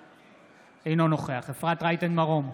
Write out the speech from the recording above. אינו נוכח אפרת רייטן מרום,